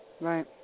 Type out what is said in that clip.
Right